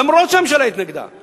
למרות ההתנגדות של הממשלה.